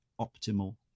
optimal